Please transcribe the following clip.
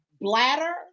bladder